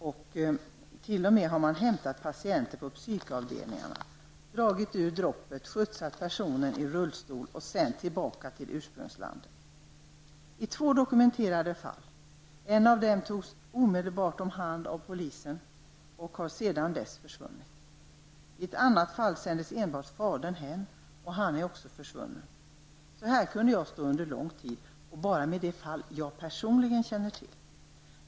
Det har t.o.m. förekommit att man har hämtat patienter på psykavdelningar, dragit ur droppet, skjutsat personer i rullstol och sänt tillbaka personen till ursprungslandet. Det finns två dokumenterade fall. I det ena fallet togs personen omedelbart om hand av polisen och har sedan dess varit ''försvunnen''. I det andra fallet sändes enbart fadern hem, och han är också försvunnen. Jag skulle kunna stå här och prata länge bara om de fall jag personligen känner till.